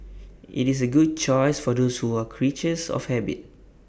IT is A good choice for those who are creatures of habit